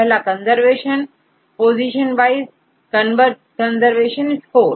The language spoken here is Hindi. पहला conservation position wise conservation score